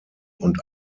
und